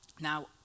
Now